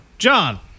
John